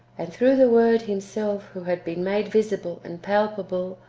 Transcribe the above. and through the word himself who had been made visible and palpable,